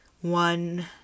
one